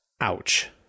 Ouch